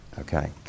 Okay